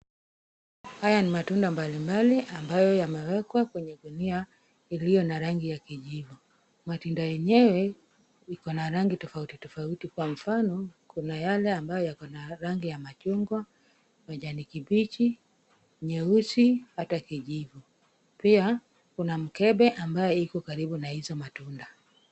Haya ni matunda mbalimbali ambayo yamewekwa kwenye gunia iliyo na rangi ya kijivu. Matunda yenyewe yako na rangi tofauti tofauti kwa mfano kuna yale ambayo yako na rangi ya machungwa, kijani kibichi, nyeusi hata kijivu. Pia kuna mkebe ambao uko karibu na hayo matunda.